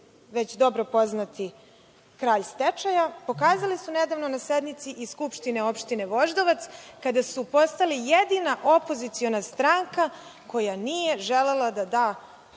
već dobro poznati kralj stečaja, pokazali su nedavno na sednici i Skupštine Opštine Voždovac, kada su postali jedina opoziciona stranka koja nije želela da da